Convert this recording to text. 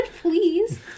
please